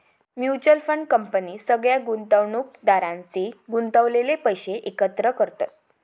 mutual fund company सगळ्या गुंतवणुकदारांचे गुंतवलेले पैशे एकत्र करतत